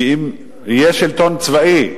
כי אם יהיה שלטון צבאי,